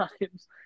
times